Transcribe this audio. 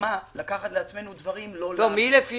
גחמה לקחת דברים לא לנו.